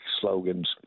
slogans